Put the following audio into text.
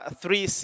three